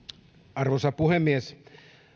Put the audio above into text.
arvoisa puhemies